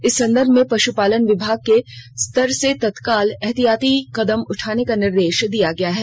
इस संदर्भ में पशुपालन विभाग के स्तर से तत्काल एहतियाती कदम उठाने का निर्देश दिया गया है